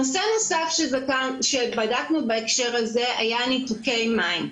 נושא נוסף שבדקנו בהקשר הזה היה ניתוקי מים,